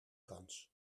kans